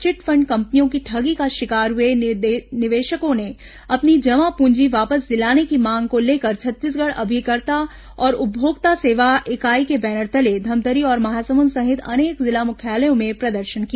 chit fund कंपनियों की ठगी का शिकार हुए निवेशकों ने अपनी जमा पूंजी वापस दिलाने की मांग को लेकर छत्तीसगढ़ अभिकर्ता और उपभोक्ता सेवा इकाई के बैनर तले धमतरी और महासमुंद सहित अनेक जिला मुख्यालयों में प्रदर्शन किया